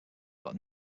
but